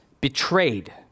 betrayed